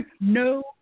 no